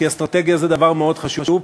כי אסטרטגיה זה דבר מאוד חשוב,